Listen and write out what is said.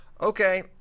okay